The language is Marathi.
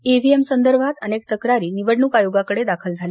ई व्ही एम संदर्भात अनेक तक्रारी निवडणूक आयोगाकडे दाखल झाल्या